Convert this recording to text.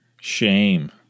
Shame